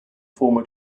former